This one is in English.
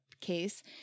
case